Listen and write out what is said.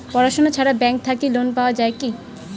পড়াশুনা ছাড়া ব্যাংক থাকি লোন নেওয়া যায় কি?